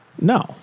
No